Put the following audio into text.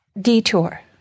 detour